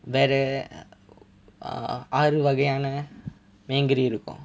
வேறு:veru err ஆறு வகையான மேன் கறி இருக்கும்:aaru vagaiyana men kari irukkum